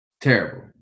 Terrible